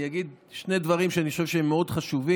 אני אגיד שני דברים שאני חושב שהם מאוד חשובים: